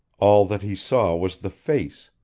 all that he saw was the face,